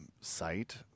site